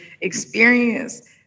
experience